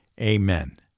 Amen